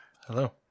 Hello